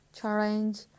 challenge